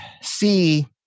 see